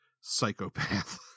psychopath